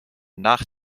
nach